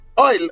oil